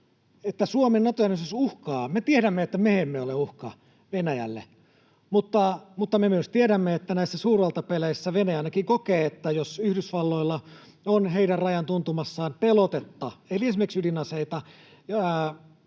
Suomen Nato-jäsenyys uhkaa. Me tiedämme, että me emme ole uhka Venäjälle, mutta me myös tiedämme, että näissä suurvaltapeleissä Venäjä ainakin kokee, että jos Yhdysvalloilla on heidän rajansa tuntumassa pelotetta, eli esimerkiksi ydinaseita